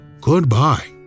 Goodbye